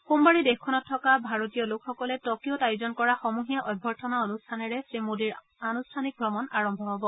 সোমবাৰে দেশখনত থকা ভাৰতীয় লোকসকলে টকিঅত আয়োজন কৰা সমূহীয়া অভ্যৰ্থনা অনুষ্ঠানেৰে শ্ৰীমোডীৰ আনুষ্ঠানিক ভ্ৰমণ আৰম্ভ হ'ব